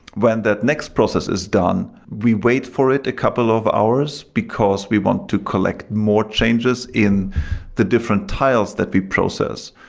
when that next process is done, we wait for it a couple of hours, because we want to collect more changes in different tiles that we process.